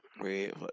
Red